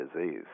disease